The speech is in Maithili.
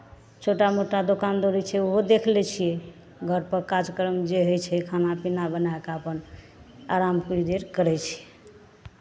छोटा मोटा दोकान दौरी छै ओहो देखि लै छियै घरपर काज करयमे जे होइ छै खाना पीना बना कऽ अपन आराम थोड़ी देर करै छियै